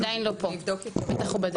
עדיין לא פה, בטח הוא בדרך.